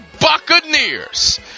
Buccaneers